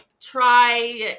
try